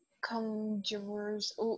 conjures